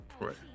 right